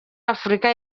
afurika